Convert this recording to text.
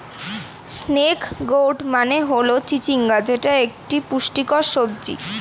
snake gourd মানে হল চিচিঙ্গা যেটি একটি পুষ্টিকর সবজি